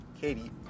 Katie